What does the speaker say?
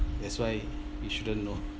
that's why you shouldn't know